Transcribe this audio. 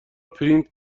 پرینت